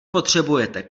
potřebujete